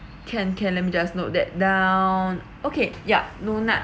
can can let me just note that down okay yeah no nuts